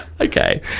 Okay